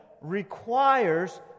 requires